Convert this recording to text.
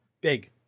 big